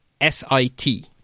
S-I-T